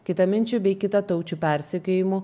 kitaminčių bei kitataučių persekiojimu